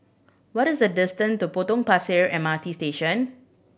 what is the distant to Potong Pasir M R T Station